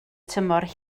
tymor